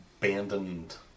abandoned